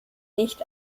nicht